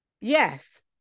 yes